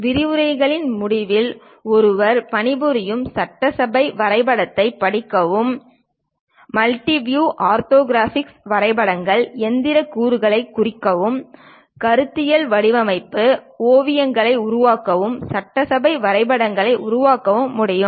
விரிவுரைகளின் முடிவில் ஒருவர் பணிபுரியும் சட்டசபை வரைபடத்தைப் படிக்கவும் மல்டிவியூ ஆர்த்தோகிராஃபிக் வரைபடங்களில் இயந்திரக் கூறுகளைக் குறிக்கவும் கருத்தியல் வடிவமைப்பு ஓவியங்களை உருவாக்கவும் சட்டசபை வரைபடங்களை உருவாக்கவும் முடியும்